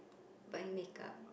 buying makeup